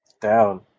Down